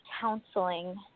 counseling